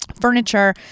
furniture